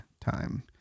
time